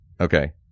Okay